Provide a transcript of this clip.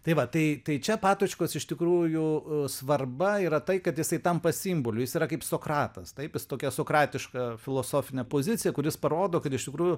tai va tai tai čia patočkos iš tikrųjų svarba yra tai kad jisai tampa simboliu jis yra kaip sokratas taip jis tokia sokratiška filosofine pozicija kuris parodo kad iš tikrųjų